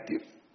active